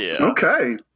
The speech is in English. Okay